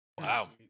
Wow